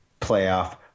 playoff